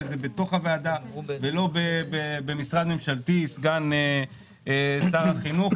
בתוך הוועדה ולא במשרד ממשלתי כסגן שר החינוך.